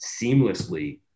seamlessly